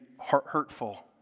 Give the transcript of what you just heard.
hurtful